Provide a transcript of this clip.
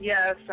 Yes